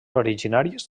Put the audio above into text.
originàries